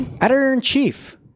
Editor-in-chief